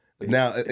Now